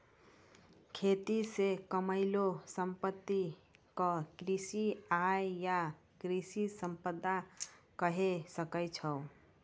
खेती से कमैलो संपत्ति क कृषि आय या कृषि संपदा कहे सकै छो